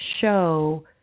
show